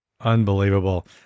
Unbelievable